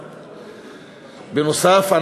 בנוסף,